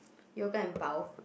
yoga and pau